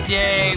day